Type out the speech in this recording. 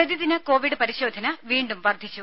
പ്രതിദിന കോവിഡ് പരിശോധ വീണ്ടും വർധിച്ചു